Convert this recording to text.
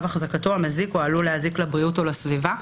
אחזקתו המזיק או עלול להזיק לבריאות ולסביבה".